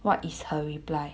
what is her reply